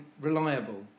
Reliable